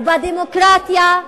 יש גם דמוקרטיה בלוב.